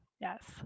Yes